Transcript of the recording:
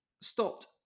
stopped